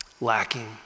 lacking